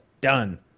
Done